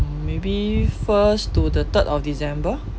maybe first to the third of december